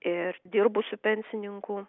ir dirbusių pensininkų